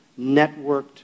networked